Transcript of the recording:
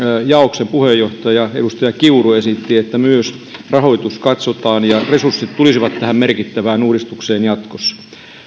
jaoston puheenjohtaja edustaja kiuru esitti että myös rahoitus katsotaan ja resurssit tulisivat tähän merkittävään uudistukseen jatkossa